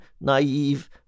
naive